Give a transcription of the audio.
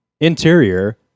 Interior